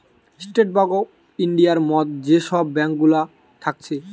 state bank of ইন্ডিয়ার মত যে সব ব্যাঙ্ক গুলা থাকছে